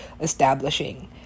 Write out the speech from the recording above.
establishing